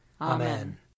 Amen